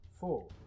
Four